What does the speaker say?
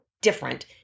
different